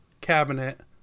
cabinet